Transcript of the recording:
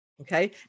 Okay